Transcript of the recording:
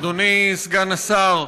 אדוני סגן השר,